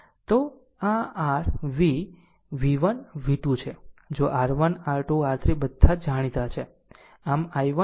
તો આ r v y v 1 v 2 છે જો R 1 R 2 R3 બધા જાણીતા છે